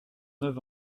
neuf